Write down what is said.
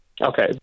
Okay